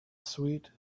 sweet